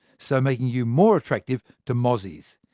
so making you more attractive to mozzies.